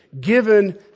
given